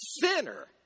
sinner